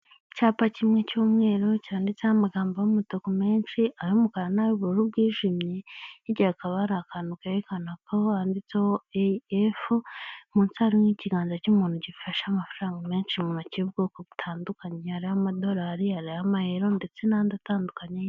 Icyapa kimwe cy'umweru cyanditseho amagambo y'umutuku menshi, ay'umukara n'ay'ubururu bwijimye, hirya hakaba hari akantu kerekana ko handitseho eyi efu, munsi harimo ikiganza cy'umuntu gifashe amafaranga menshi mu ntoki y'ubwoko butandukanye. Hari ay'amadorali, hari ay'amayero ndetse n'andi atandukanye.